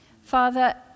Father